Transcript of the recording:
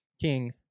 King